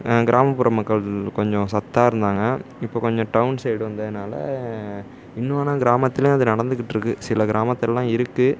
கிராமப்புற மக்கள் கொஞ்சம் சத்தா இருந்தாங்க இப்போ கொஞ்சம் டவுன் சைடு வந்ததுனால் இன்னும் ஆனால் கிராமத்தில் அது நடந்துக்கிட்ருக்கு சில கிராமத்துலெலாம் இருக்குது